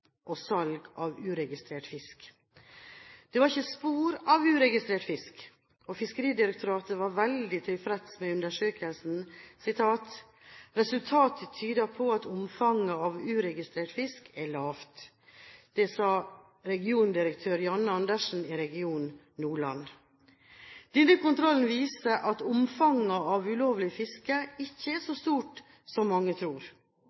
og salg av uregistrert fisk. Det var ikke spor av uregistrert fisk. Fiskeridirektoratet var veldig tilfreds med resultatet av undersøkelsen. «Det kan tyde på at omfanget av uregistrert fisk er lavt», sier regiondirektør Janne Andersen i region Nordland. Denne kontrollen viste at omfanget av ulovlig fiske ikke er så stort som mange tror.